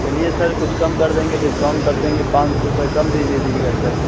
चलिए सर कुछ कम कर देंगे डिस्काउंट कर देंगे पाँच सौ रुपया कम दे दीजिएगा सर